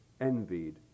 envied